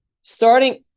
starting